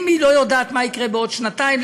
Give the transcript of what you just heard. ואם היא לא יודעת מה יקרה בעוד שנתיים,